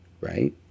right